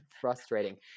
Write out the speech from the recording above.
frustrating